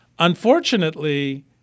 Unfortunately